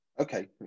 Okay